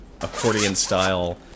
accordion-style